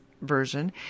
version